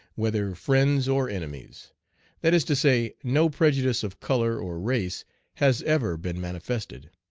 whether friends or enemies that is to say, no prejudice of color or race has ever been manifested.